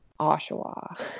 Oshawa